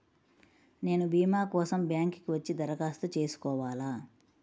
నేను భీమా కోసం బ్యాంక్కి వచ్చి దరఖాస్తు చేసుకోవాలా?